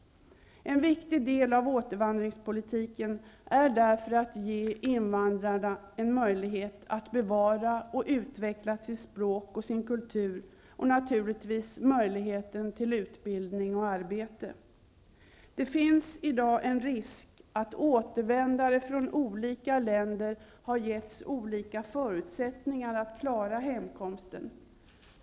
En viktig del av återvandringspolitiken är därför att ge invandrarna en möjlighet att bevara och utveckla sitt språk och sin kultur, och naturligtvis en möjlighet till utbildning och arbete. Det finns i dag en risk att återvändare från olika länder har getts olika förutsättningar att klara hemkomsten.